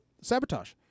Sabotage